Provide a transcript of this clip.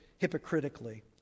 hypocritically